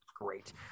Great